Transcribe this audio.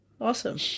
Awesome